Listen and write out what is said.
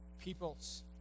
peoples